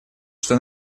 что